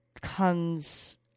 comes